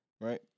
right